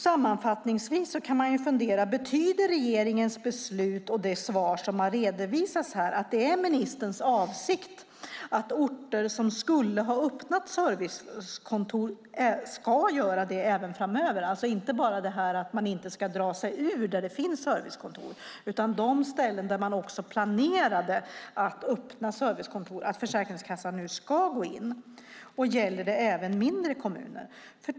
Sammanfattningsvis kan man fundera på om regeringens beslut och det svar som här redovisats betyder att det är ministerns avsikt att orter som skulle ha uppnått detta med servicekontoren ska göra det även framöver - alltså inte bara det här med att man inte ska dra sig ur där det finns servicekontor utan också att Försäkringskassan nu ska gå in på de ställen där man planerat att öppna servicekontor. Gäller detta även mindre kommuner?